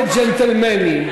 כג'נטלמנים,